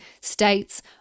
states